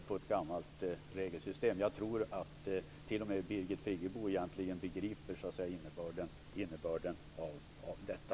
Jag tror egentligen att t.o.m. Birgit Friggebo begriper detta.